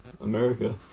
America